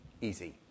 Easy